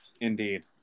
indeed